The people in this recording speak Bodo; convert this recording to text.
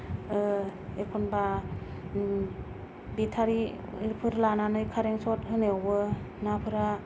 एखनबा बेथारिफोर लानानै खारेन्त सत होनायावबो नाफोरा